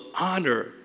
honor